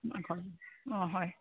মাঘৰ বিহু অ হয়